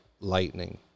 lightning